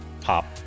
pop